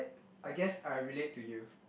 I guess I relate to you